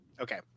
Okay